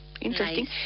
Interesting